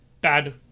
bad